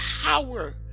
power